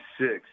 six